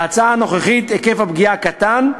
בהצעה הנוכחית היקף הפגיעה קטן,